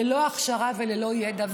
ללא הכשרה וללא ידע,